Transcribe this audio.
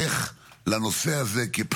היתרון הנוסף שלך,